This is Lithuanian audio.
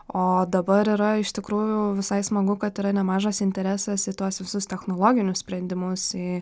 o dabar yra iš tikrųjų visai smagu kad yra nemažas interesas į tuos visus technologinius sprendimus į